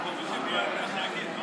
היושב-ראש, שיספרו כמה הם מרוויחים, לא צריך.